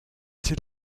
dit